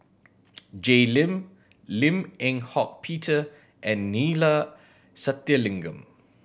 Jay Lim Lim Eng Hock Peter and Neila Sathyalingam